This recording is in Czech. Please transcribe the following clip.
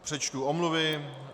Přečtu omluvy.